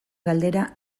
galdera